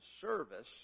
service